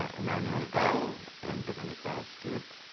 ah emanuel gull and dominika zgid.